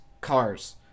cars